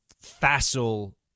facile